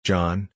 John